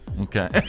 Okay